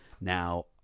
Now